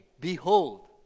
Behold